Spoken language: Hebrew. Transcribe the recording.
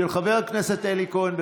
של חבר הכנסת אלי כהן.